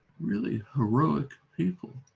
really heroic people,